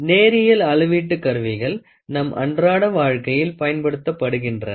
நேரியல் அளவீட்டு கருவிகள் நம் அன்றாட வாழ்க்கையில் பயன்படுத்தப்படுகின்றன